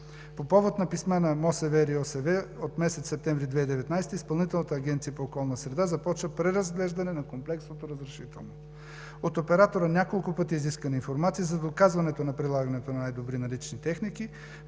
По повод на писма на МОСВ, РИОСВ от месец септември 2019 г. Изпълнителната агенция по околна среда започва преразглеждане на комплексното разрешително. От оператора няколко пъти е изисквана информация за доказването на прилагането на най-добри налични техники